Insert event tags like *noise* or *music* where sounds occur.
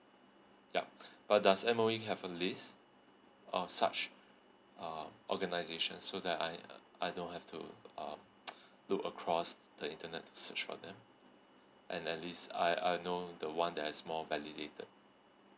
yup but does M_O_E have a list of such uh organisation so that I I don't have to um *noise* look across the internet to search for them and at least I I'll know the one that's more validated